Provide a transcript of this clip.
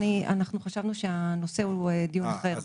אנחנו חשבנו שהנושא הוא דיון אחר,